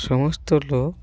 সমস্ত লোক